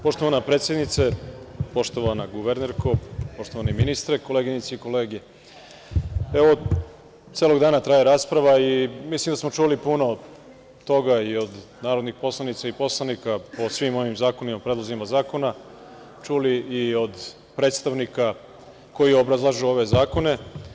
Poštovana predsednice, poštovana guvernerko, poštovani ministre, koleginice i kolege, celog dana traje rasprava i mislim da smo čuli puno toga i od narodnih poslanica i poslanika o svim ovim zakonima, predlozima zakona, čuli smo i od predstavnika koji obrazlažu ove zakone.